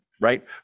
right